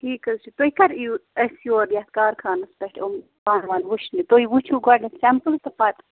ٹھیٖک حظ چھُ تُہۍ کریِیو أسۍ یور یَتھ کارخانَس پٮ۪ٹھ یِم بانہٕ وانہٕ وُچھنہِ تُہۍ وُچھِو گۄڈٕنٮ۪تھ سیمپٔل تہٕ پَتہٕ